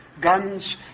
guns